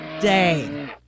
day